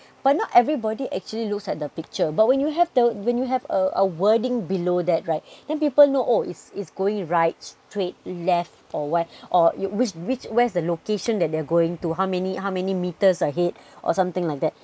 but not everybody actually looks at the picture but when you have the when you have a wording below that right then people know oh it's it's going right straight left or what or which which where's the location that they're going to how many how many meters ahead or something like that